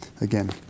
again